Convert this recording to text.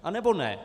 Anebo ne?